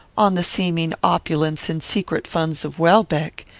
on the seeming opulence and secret funds of welbeck.